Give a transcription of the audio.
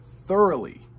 thoroughly